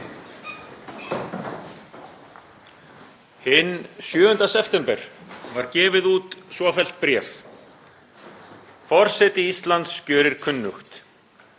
Hinn 7. september var gefið út svofellt bréf: „Forseti Íslands gjörir kunnugt: